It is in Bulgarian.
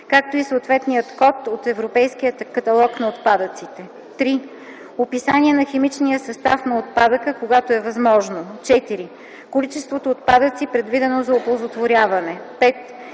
както и съответният код от Европейския каталог на отпадъците; 3. описание на химичния състав на отпадъка, когато е възможно; 4. количеството отпадъци, предвидено за оползотворяване; 5.